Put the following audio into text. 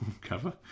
cover